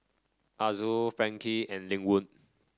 Azul Frankie and Lynwood